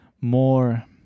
more